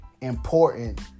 important